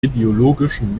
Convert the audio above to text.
ideologischen